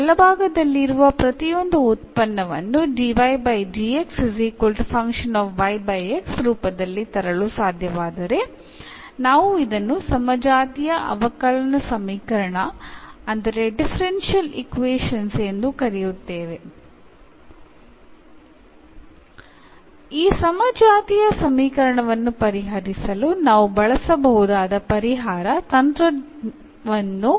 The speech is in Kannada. ನಾವು ಬಲಭಾಗದಲ್ಲಿರುವ ಪ್ರತಿಯೊಂದು ಉತ್ಪನ್ನವನ್ನು ರೂಪದಲ್ಲಿ ತರಲು ಸಾಧ್ಯವಾದರೆ ನಾವು ಇದನ್ನು ಸಮಜಾತೀಯ ಅವಕಲನ ಸಮೀಕರಣ ಎಂದು ಕರೆಯುತ್ತೇವೆ ಈ ಸಮಜಾತೀಯ ಸಮೀಕರಣವನ್ನು ಪರಿಹರಿಸಲು ನಾವು ಬಳಸಬಹುದಾದ ಪರಿಹಾರ ತಂತ್ರವನ್ನು ಈಗ ನಾವು ಹೊಂದಿದ್ದೇವೆ